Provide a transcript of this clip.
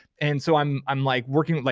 and so i'm i'm like working, like